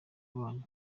banyu